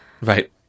Right